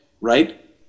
right